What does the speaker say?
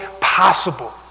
possible